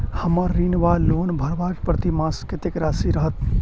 हम्मर ऋण वा लोन भरबाक प्रतिमास कत्तेक राशि रहत?